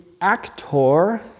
actor